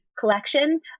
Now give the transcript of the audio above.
collection